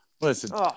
Listen